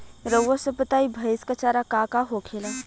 रउआ सभ बताई भईस क चारा का का होखेला?